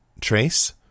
Trace